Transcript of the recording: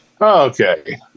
Okay